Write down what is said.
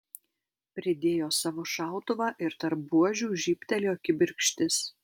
pridėjo savo šautuvą ir tarp buožių žybtelėjo kibirkštis